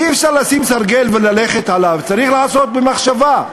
אי-אפשר לשים סרגל וללכת עליו, צריך לעשות במחשבה.